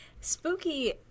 Spooky